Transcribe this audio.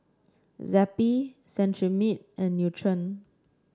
Zappy Cetrimide and Nutren